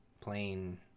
plain